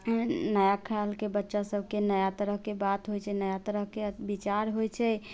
नया ख्यालके बच्चा सबके नया तरहके बात होइ छै नया तरहके विचार होइ छै